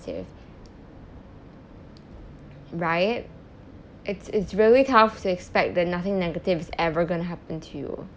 positive right it's it's really tough to expect that nothing negative is ever gonna happen to you